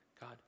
God